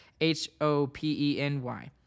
H-O-P-E-N-Y